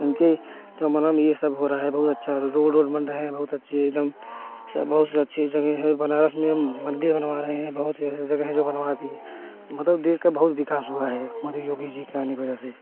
उनके मनम यह सब हो रहा है बहुत अच्छा रोड वोड बन रहे हैं बहुत अच्छे एक दम सब बहुत सी अच्छी जगह है बनारस में मंदिर बनवा रहे हैंबहुत ही ऐसे जगह है जो बनवा दिए मतलब देश के बहुत विकास हुआ है मोदी योगो जी के आने की वजह से